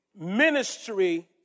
ministry